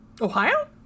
Ohio